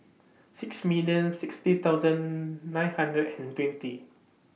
six million sixty thousand nine hundred and twenty